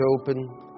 open